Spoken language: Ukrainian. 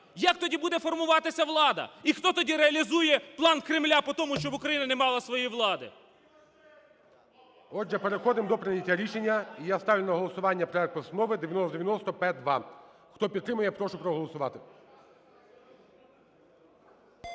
Як тоді буде формуватися влада? І хто тоді реалізує план Кремля по тому, щоб Украйна немала своєї влади? ГОЛОВУЮЧИЙ. Отже, переходимо до прийняття рішення. І я ставлю на голосування проект Постанови 9090-П2. Хто підтримує, я прошу проголосувати.